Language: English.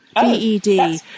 B-E-D